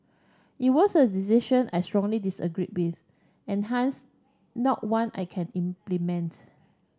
it was a decision I strongly disagreed with and hence not one I can implements